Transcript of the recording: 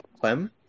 Clem